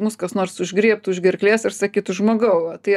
mus kas nors užgriebtų už gerklės ir sakytų žmogau tai